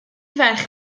ferch